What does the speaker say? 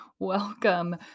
Welcome